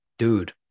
Dude